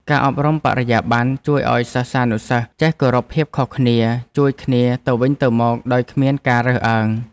ការអប់រំបរិយាបន្នជួយឱ្យសិស្សានុសិស្សចេះគោរពភាពខុសគ្នាជួយគ្នាទៅវិញទៅមកដោយគ្មានការរើសអើង។